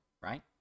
right